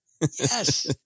Yes